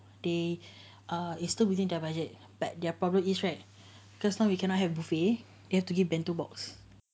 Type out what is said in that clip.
they are is still within their budget but their problem is right because now you cannot have buffet you have to give bento box